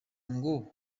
ngo